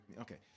Okay